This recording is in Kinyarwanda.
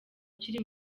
ukiri